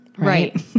Right